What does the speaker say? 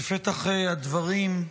בפתח הדברים,